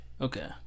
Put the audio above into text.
Okay